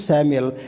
Samuel